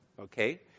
okay